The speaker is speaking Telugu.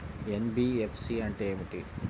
ఎన్.బీ.ఎఫ్.సి అంటే ఏమిటి?